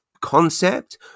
concept